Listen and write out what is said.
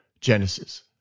Genesis